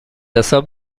حساب